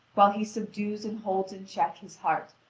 while he subdues and holds in check his heart,